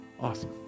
Awesome